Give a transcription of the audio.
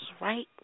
right